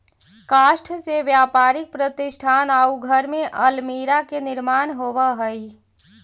काष्ठ से व्यापारिक प्रतिष्ठान आउ घर में अल्मीरा के निर्माण होवऽ हई